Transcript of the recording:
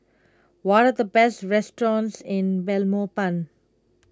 what are the best restaurants in Belmopan